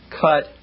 cut